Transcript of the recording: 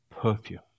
perfume